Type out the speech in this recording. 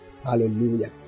Hallelujah